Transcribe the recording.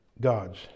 God's